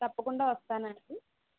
తప్పకుండా వస్తానండీ